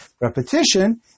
repetition